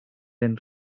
then